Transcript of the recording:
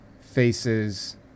faces